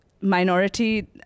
Minority